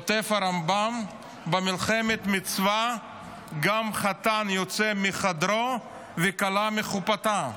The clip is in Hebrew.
כותב הרמב"ם: במלחמת מצווה גם חתן יוצא מחדרו וכלה מחופתה.